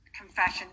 Confession